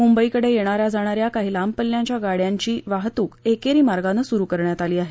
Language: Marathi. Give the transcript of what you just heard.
मुंबईकडे येणाऱ्या जाणाऱ्या काही लांब पल्ल्याच्या गाडयांची वाहतूक एकेरी मार्गानं सुरु करण्यात आली आहे